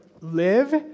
live